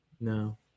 No